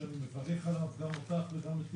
שאני מברך עליו גם אותך וגם את